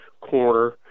corner